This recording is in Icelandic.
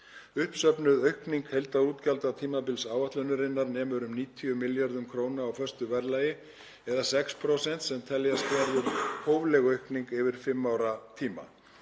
Uppsöfnuð aukning heildaútgjalda tímabils áætlunarinnar nemur um 90 milljörðum kr. á föstu verðlagi eða 6% sem teljast verður hófleg aukning yfir fimm ára tíma.